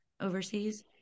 overseas